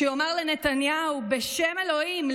שיאמר לנתניהו: בשם אלוהים,